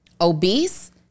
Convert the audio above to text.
Obese